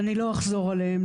אני לא אחזור עליהם,